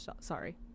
sorry